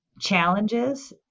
challenges